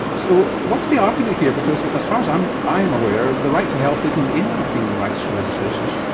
so what's the argument here, because as far as i'm i'm aware, the right to health isn't in our human rights legislation, is it?